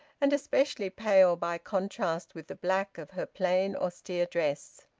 and especially pale by contrast with the black of her plain austere dress.